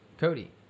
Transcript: Cody